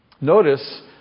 Notice